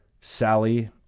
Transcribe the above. Sally